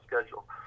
schedule